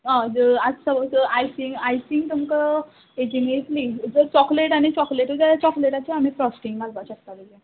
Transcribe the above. हय जर आत सपोज जर आयसींग आयसींग तुमकां एकींग येतली जर चॉकलेट आनी चॉकलेटू जाल्यार चॉकलेटाच्यो आमी फ्रॉस्टींग घालपाक शकता तेजे